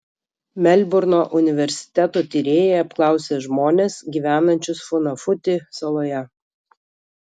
melburno universiteto tyrėjai apklausė žmones gyvenančius funafuti saloje